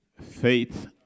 faith